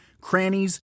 crannies